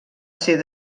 ser